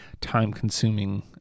time-consuming